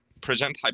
present